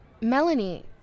Melanie